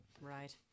Right